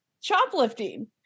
shoplifting